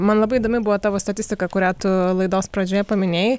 man labai įdomi buvo tavo statistika kurią tu laidos pradžioje paminėjai